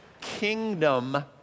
kingdom